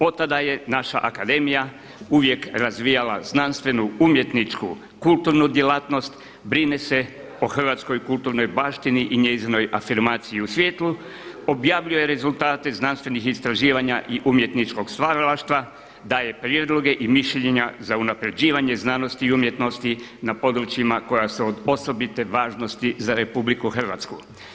Otada je naša akademija uvijek razvijala znanstvenu, umjetničku, kulturnu djelatnost, brine se o hrvatskoj kulturnoj baštini i njezinoj afirmaciji u svijetu, objavljuje rezultate znanstvenih istraživanja i umjetničkog stvaralaštva, da je prijedloge i mišljenja za unaprjeđivanje znanosti i umjetnosti na područjima koja su od osobite važnosti za Republiku Hrvatsku.